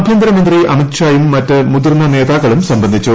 ആഭ്യത്ത്ര്മിന്തി അമിത്ഷായും മറ്റ് മുതിർന്ന നേതാക്കളും സംബന്ധിച്ചു